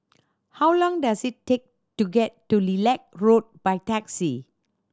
how long does it take to get to Lilac Road by taxi